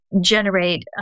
generate